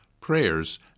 prayers